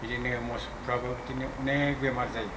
बिदिनो मोसौफ्राबो बिदिनो अनेख बेमार जायो